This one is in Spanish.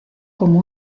como